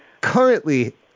currently